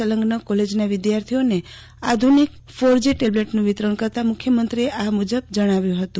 સંલગ્ન કોલેજના વિદ્યાર્થીઓને આધુનિક ફોરજી ટેબલેટનું વિતરણ કરતાં મુખ્યમંત્રીએ આ મુજબ જણાવ્યું હતું